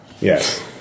Yes